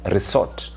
Resort